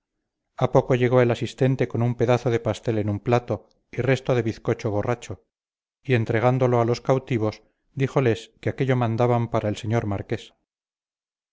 a poco llegó el asistente con un pedazo de pastel en un plato y resto de bizcocho borracho y entregándolo a los cautivos díjoles que aquello mandaban para el señor marqués